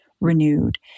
renewed